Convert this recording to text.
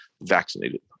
vaccinated